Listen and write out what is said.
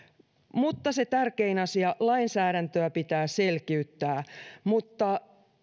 mutta se tärkein asia lainsäädäntöä pitää selkiyttää